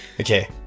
Okay